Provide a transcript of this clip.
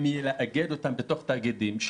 נאגד אותם בתוך תאגידים,